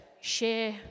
share